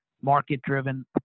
market-driven